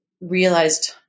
realized